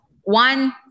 one